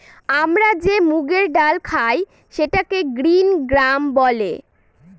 আমরা যে মুগের ডাল খায় সেটাকে গ্রিন গ্রাম বলে